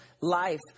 life